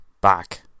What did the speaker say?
back